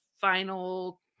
final